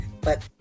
but-